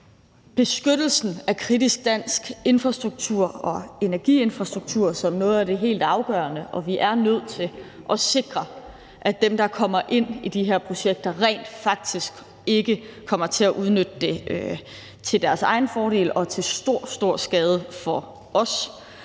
beskyttelsen af kritisk dansk infrastruktur og energiinfrastruktur som noget af det helt afgørende. Og vi er nødt til at sikre, at dem, der kommer ind i de her projekter, rent faktisk ikke kommer til at udnytte det til deres egen fordel og til stor, stor skade for os.